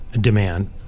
Demand